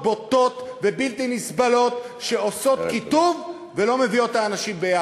בוטות ובלתי-נסבלות שעושות קיטוב ולא יחד.